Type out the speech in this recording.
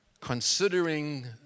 considering